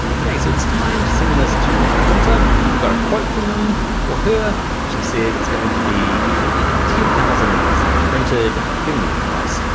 okay so it's time to send this to a printer, you've got a quote from him or her, and she said it's going to be you know you know ten thousand of these things printed and they've given you a price,